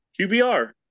QBR